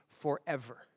forever